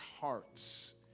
hearts